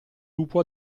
lupo